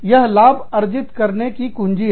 यह लाभ अर्जित करने की कुंजी है